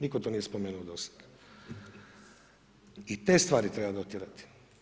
Nitko to nije spomenuo do sada i te stvari treba dotjerati.